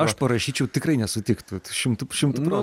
aš parašyčiau tikrai nesutiktų šimtu šimtu procentų